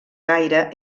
gaire